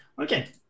Okay